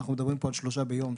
ואנחנו מדברים על שלושה ביום.